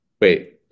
wait